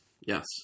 Yes